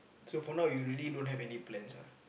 so for now you really don't have any plans ah